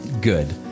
Good